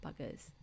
buggers